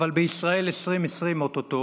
אבל בישראל 2020, או-טו-טו,